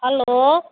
hello